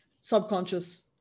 Subconscious